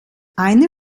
eine